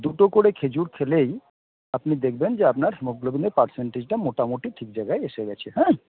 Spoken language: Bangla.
দুটো করে খেজুর খেলেই আপনি দেখবেন যে আপনার হিমোগ্লোবিনের পারসেন্টটেজটা মোটামুটি ঠিক জায়গায় এসে গেছে হ্যাঁ